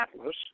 Atlas